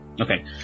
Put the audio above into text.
Okay